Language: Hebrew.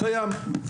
קיים,